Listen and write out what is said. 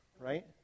right